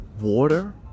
water